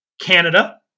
Canada